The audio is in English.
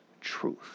truth